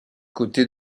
côté